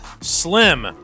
Slim